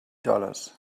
dollars